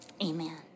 Amen